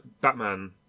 Batman